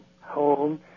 home